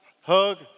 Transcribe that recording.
hug